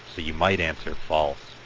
but you might answer false.